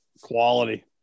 quality